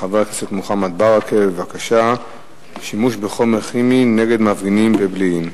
של חבר הכנסת מוחמד ברכה: שימוש בחומר כימי נגד מפגינים בבילעין.